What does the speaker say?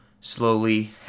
slowly